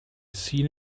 seen